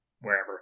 wherever